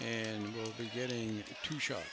and we'll be getting two sh